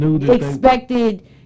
expected